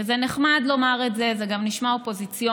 וזה נחמד לומר את זה וזה גם נשמע אופוזיציוני.